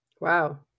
wow